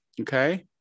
okay